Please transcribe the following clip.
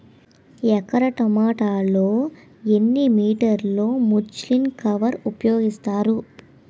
ఎకర టొమాటో లో ఎన్ని మీటర్ లో ముచ్లిన్ కవర్ ఉపయోగిస్తారు?